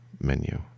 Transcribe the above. menu